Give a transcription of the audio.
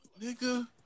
nigga